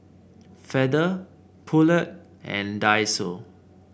Feather Poulet and Daiso